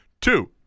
two